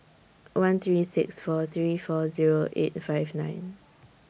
one three six four three four Zero eight five nine